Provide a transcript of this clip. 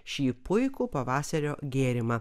šį puikų pavasario gėrimą